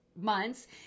months